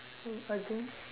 again